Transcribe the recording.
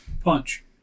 punch